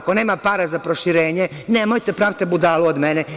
Ako nema para za proširenje, nemojte da pravite budalu od mene.